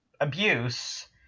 abuse